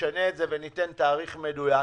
נשנה את הזה וניתן תאריך מדויק.